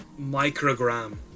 microgram